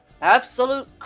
Absolute